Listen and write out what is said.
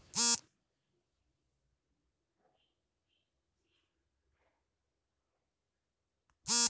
ವಿದೇಶದಲ್ಲಿ ತಯಾರಾದ ವಸ್ತುಗಳನ್ನು ನಮ್ಮ ದೇಶಕ್ಕೆ ತರಿಸಿ ಕೊಳ್ಳುವುದನ್ನು ಆಮದು ಅನ್ನತ್ತಾರೆ